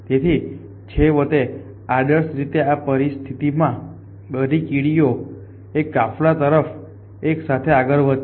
તેથી છેવટે આદર્શ રીતે આ પરિસ્થિતિમાં બધી કીડીઓ એક કાફલા તરફ એકસાથે આગળ વધશે